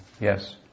Yes